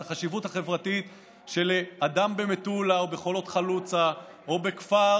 את החשיבות החברתית שלאדם במטולה או בחולות חלוצה או בכפר